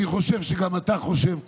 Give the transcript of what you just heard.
אני חושב שגם אתה חושב ככה,